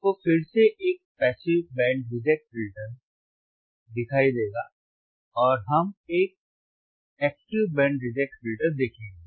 आपको फिर से एक पैसिव बैंड रिजेक्ट फ़िल्टर दिखाई देगा और हम एक एक्टिव बैंड रिजेक्ट फ़िल्टर देखेंगे